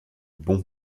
bon